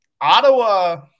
Ottawa